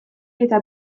eta